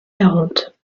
quarante